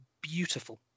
beautiful